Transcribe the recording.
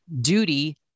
duty